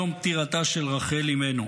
יום פטירתה של רחל אימנו.